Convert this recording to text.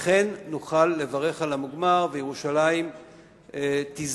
אכן נוכל לברך על המוגמר וירושלים תזכה